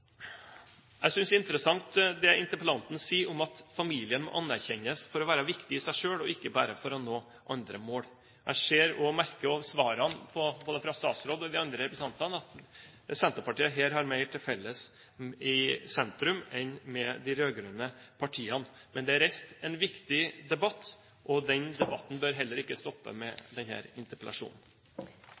Jeg synes det er interessant det interpellanten sier, at familien må anerkjennes for å være viktig i seg selv og ikke bare for å nå andre mål. Jeg ser og merker av svarene både fra statsråden og de andre representantene at Senterpartiet her har mer til felles i sentrum enn med de rød-grønne partiene. Men det er reist en viktig debatt, og den debatten bør heller ikke stoppe med denne interpellasjonen.